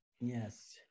Yes